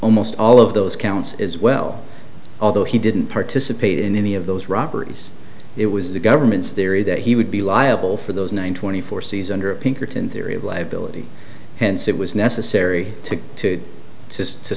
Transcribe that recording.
almost all of those counts as well although he didn't participate in any of those robberies it was the government's theory that he would be liable for those nine twenty four season or a pinkerton theory of liability hence it was necessary to